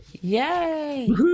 Yay